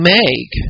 make